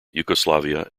yugoslavia